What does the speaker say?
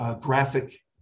graphic